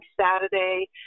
saturday